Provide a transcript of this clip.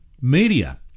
media